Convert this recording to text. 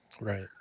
Right